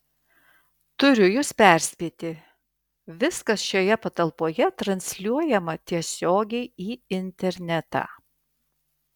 turiu jus perspėti viskas šioje patalpoje transliuojama tiesiogiai į internetą